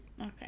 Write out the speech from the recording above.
Okay